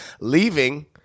leaving